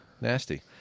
Nasty